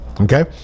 okay